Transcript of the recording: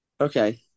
okay